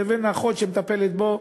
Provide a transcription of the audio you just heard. לבין הטיפול שאחות מטפלת בו,